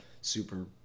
super